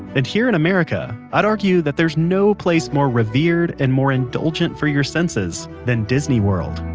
and here in america, i'd argue that there's no place more revered and more indulgent for your senses, than disney world